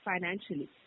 financially